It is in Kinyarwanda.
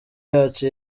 yacu